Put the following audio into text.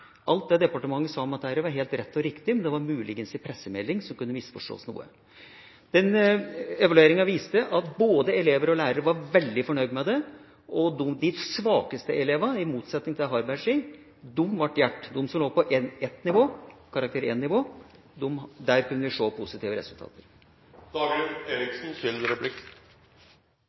Alt det departementet sa om dette, var helt rett og riktig, men det var muligens en pressemelding som kunne misforstås noe. Evalueringen viste at både elever og lærere var veldig fornøyd med det, og de svakeste elevene, i motsetning til det Svein Harberg sier, ble hjulpet. Blant dem som lå på karakter 1-nivå, kunne vi se positive